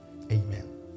amen